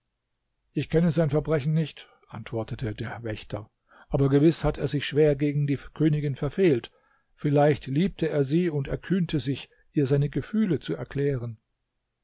ich kenne sein verbrechen nicht antwortete der wächter aber gewiß hat er sich schwer gegen die königin verfehlt vielleicht liebte er sie und erkühnte sich ihr seine gefühle zu erklären